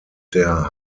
der